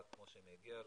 כמו שמגיע להם,